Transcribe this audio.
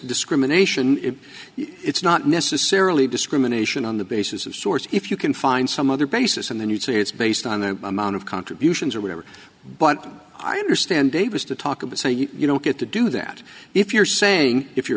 discrimination if it's not necessarily discrimination on the basis of source if you can find some other basis and then you say it's based on the amount of contributions or whatever but i understand they wish to talk about so you don't get to do that if you're saying if